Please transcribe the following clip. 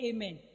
Amen